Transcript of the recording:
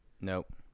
Nope